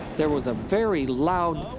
there was a very loud